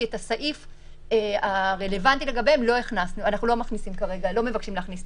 כי את הסעיף הרלוונטי לגביהם אנחנו לא מבקשים להכניס כרגע לתוקף.